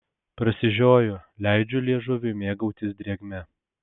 prasižioju leidžiu liežuviui mėgautis drėgme